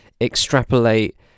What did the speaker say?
extrapolate